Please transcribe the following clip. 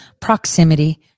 proximity